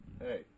Hey